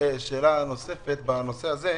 שאלה נוספת בנושא הזה,